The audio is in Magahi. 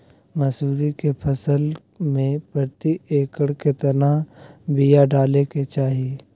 मसूरी के फसल में प्रति एकड़ केतना बिया डाले के चाही?